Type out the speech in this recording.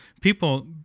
people